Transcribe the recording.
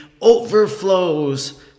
overflows